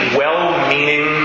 well-meaning